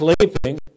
sleeping